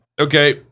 okay